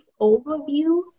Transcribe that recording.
overview